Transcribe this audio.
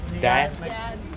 Dad